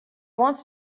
wants